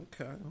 Okay